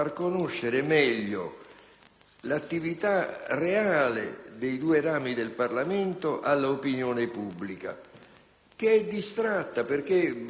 l'attività reale dei due rami del Parlamento all'opinione pubblica, che è distratta. Infatti, se un giorno